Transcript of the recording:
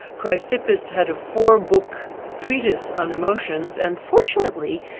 chrysippus had a four-book treatise on emotions and fortunately,